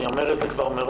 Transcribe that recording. אני אומר מראש,